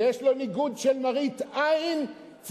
שיש לו מראית עין של ניגוד,